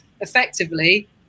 effectively